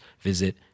visit